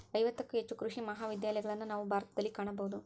ಐವತ್ತಕ್ಕೂ ಹೆಚ್ಚು ಕೃಷಿ ಮಹಾವಿದ್ಯಾಲಯಗಳನ್ನಾ ನಾವು ಭಾರತದಲ್ಲಿ ಕಾಣಬಹುದು